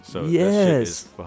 yes